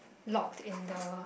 locked in the